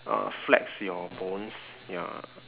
uh flex your bones ya